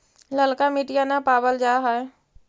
ललका मिटीया न पाबल जा है?